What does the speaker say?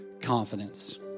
confidence